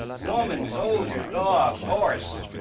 woman, soldier, dog, horse.